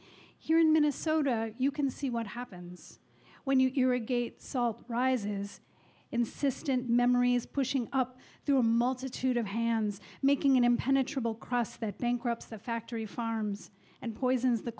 here in minnesota you can see what happens when you're a gate salt rises insistent memories pushing up through a multitude of hands making an impenetrable cross that bankrupts the factory farms and poisons the